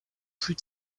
plus